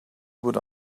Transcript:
would